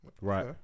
right